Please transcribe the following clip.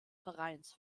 vereins